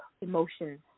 emotions